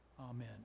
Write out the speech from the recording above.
amen